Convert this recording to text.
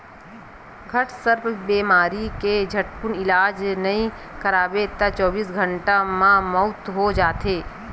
घटसर्प बेमारी के झटकुन इलाज नइ करवाबे त चौबीस घंटा म मउत हो जाथे